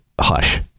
hush